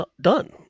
done